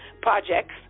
projects